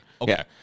okay